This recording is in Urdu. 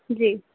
جی